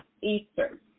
Easter